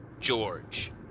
George